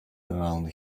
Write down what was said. around